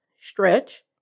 stretch